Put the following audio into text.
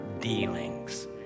dealings